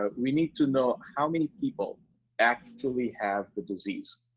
ah we need to know how many people actually have the disease.